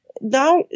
now